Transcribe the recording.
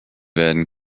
werden